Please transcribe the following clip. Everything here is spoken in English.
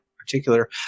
particular